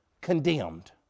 condemned